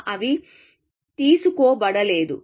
అవి తీసుకోబడలేదు